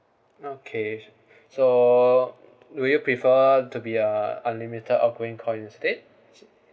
okay so will you prefer to be a unlimited outgoing call instead